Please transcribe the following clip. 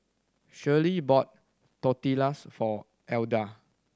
Shirley bought Tortillas for Edla